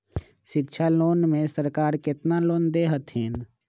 शिक्षा लोन में सरकार केतना लोन दे हथिन?